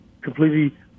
completely